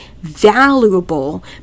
valuable